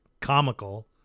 comical